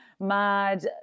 mad